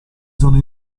sono